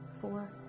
Four